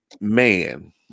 man